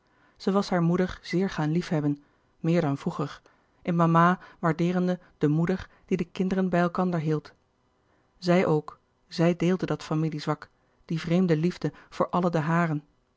zij was haar moeder zeer gaan liefhebben meer dan vroeger in mama waardeerende de moeder die de kinderen bij elkander hield zij ook zij deelde dat familie zwak die vreemde liefde voor alle de haren